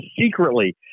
secretly